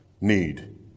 need